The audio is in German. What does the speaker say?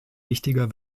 wichtiger